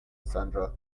sandra